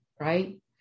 right